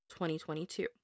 2022